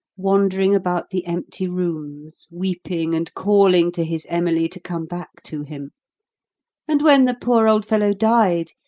wandering about the empty rooms, weeping and calling to his emily to come back to him and when the poor old fellow died,